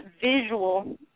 visual